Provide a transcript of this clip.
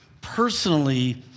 personally